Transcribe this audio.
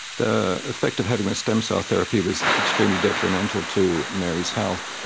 the effect of having this stem cell therapy was extremely detrimental to mary's health,